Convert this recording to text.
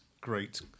great